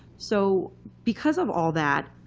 so because of all that,